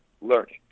learning